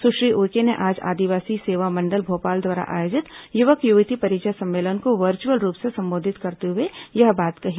सुश्री उइके ने आज आदिवासी सेवा मंडल भोपाल द्वारा आयोजित युवक युवती परिचय सम्मेलन को वर्चुअल रूप से संबोधित करते हुए यह बात कही